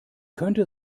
könnte